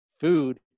food